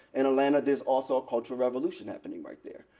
in atlanta, there's also a cultural revolution happening right there.